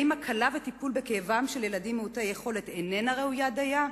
האם הקלה וטיפול בכאבם של ילדים מעוטי יכולת אינם ראויים דיים?